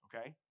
Okay